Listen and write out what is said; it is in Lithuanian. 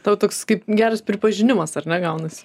tau toks kaip geras pripažinimas ar ne gaunasi